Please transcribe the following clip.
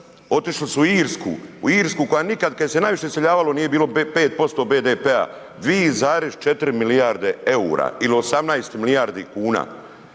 otišli su u Irsku, koja nikad, kad se najviše iseljavalo nije bilo 5% BDP-a, 2,4 milijarde eura ili 18 milijardi kuna